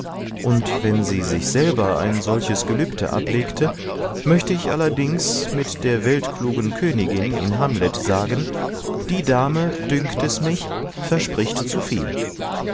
und wenn sie sich selber ein solches gelübde ablegte möchte ich allerdings mit der weltklugen königin in hamlet sagen die dame dünkt es mich verspricht zu viel